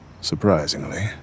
surprisingly